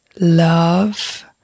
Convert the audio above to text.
love